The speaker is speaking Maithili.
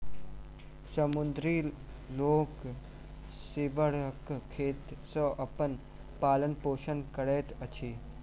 समुद्री लोक सीवरक खेती सॅ अपन पालन पोषण करैत अछि